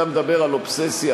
אתה מדבר על אובססיה.